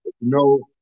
No